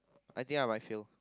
I think I might fail